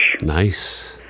Nice